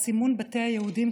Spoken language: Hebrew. סימון בתי היהודים,